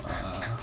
ah